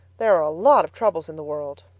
there are lots of troubles in the world!